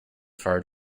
far